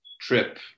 trip